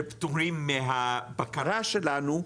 שפטורים מהבקרה שלנו.